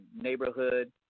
neighborhood